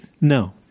No